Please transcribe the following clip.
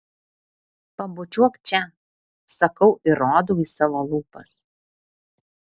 pabučiuok čia sakau ir rodau į savo lūpas